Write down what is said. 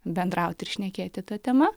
bendrauti ir šnekėti ta tema